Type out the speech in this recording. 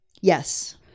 Yes